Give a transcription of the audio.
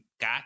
got